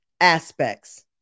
aspects